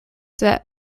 that